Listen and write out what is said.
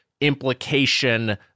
implication